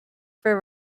for